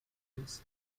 zeitgeist